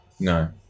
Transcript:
No